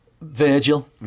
Virgil